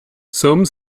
some